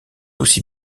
aussi